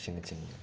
ꯑꯁꯤꯅꯆꯤꯡꯕꯅꯤ